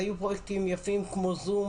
היו פרויקטים יפים כמו זום,